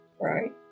Right